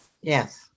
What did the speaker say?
Yes